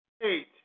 eight